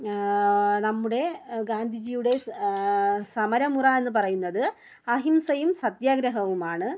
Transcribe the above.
നമ്മുടെ ഗാന്ധിജിയുടെ സാ സമര മുറ എന്ന് പറയുന്നത് അഹിംസയും സത്യാഗ്രഹവുമാണ്